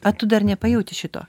a tu dar nepajauti šito